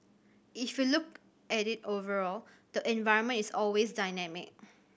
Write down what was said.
if you look at it overall the environment is always dynamic